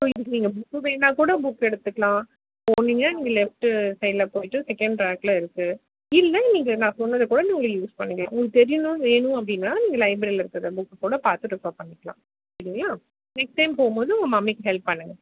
so இதுக்கு நீங்க book வேணுனால்கூட புக் எடுத்துக்கலாம் ஓ நீங்கள் நீங்கள் லெஃப்ட்டு சைடில் போயிட்டு செகண்ட் ரேக்கில் இருக்குது இல்லை நீங்கள் நான் சொன்னதைக்கூட நீங்கள் யூஸ் பண்ணிக்கலாம் உங்களுக்கு தெரியணும் வேணும் அப்படின்னா நீங்கள் லைப்ரரியில் இருக்கிற புக் கூட பார்த்துட்டு ரெஃபர் பண்ணிக்கலாம் சரிங்களா நெக்ஸ்ட் டைம் போகும்போது உங்கள் மம்மிக்கி ஹெல்ப் பண்ணுங்க